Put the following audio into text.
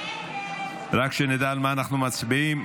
רק שנדע על מה אנחנו מצביעים,